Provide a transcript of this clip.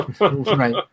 Right